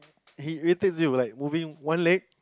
he irritates you like moving one leg